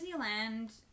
Disneyland